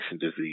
disease